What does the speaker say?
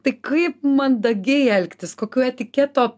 tai kaip mandagiai elgtis kokių etiketo